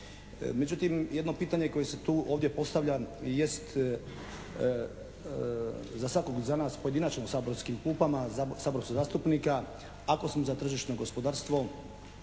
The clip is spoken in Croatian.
Međutim, jedno pitanje koje se tu ovdje postavlja jest za svakog od nas pojedinačno u saborskim klupama, saborskih zastupnika ako smo za tržišno gospodarstvo,